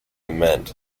mint